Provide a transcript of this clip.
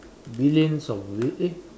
Billions of w~ eh